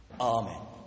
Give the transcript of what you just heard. Amen